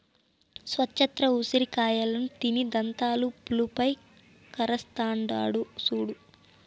నచ్చత్ర ఉసిరి కాయలను తిని దంతాలు పులుపై కరస్తాండాడు సూడు